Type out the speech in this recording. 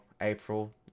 April